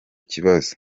kibazo